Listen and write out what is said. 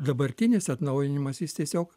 dabartinis atnaujinimas jis tiesiog